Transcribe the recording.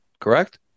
Correct